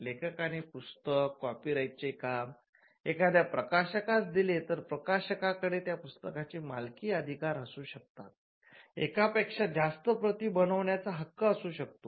लेखकाने पुस्तक कॉपीराइटचे काम एखाद्या प्रकाशकास दिले तर प्रकाशकाकडे त्या पुस्तकाचे मालकी अधिकार असू शकतातएकापेक्षा जास्त प्रती बनविण्याचा हक्क असू शकतो